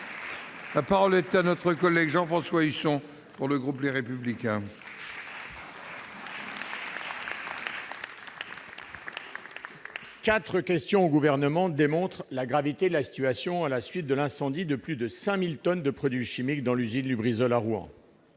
La parole est à M. Jean-François Husson, pour le groupe Les Républicains. Quatre questions au Gouvernement démontrent la gravité de la situation à la suite de l'incendie de plus de 5 000 tonnes de produits chimiques dans l'usine Lubrizol de Rouen.